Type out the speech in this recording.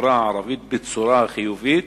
החברה הערבית בצורה חיובית,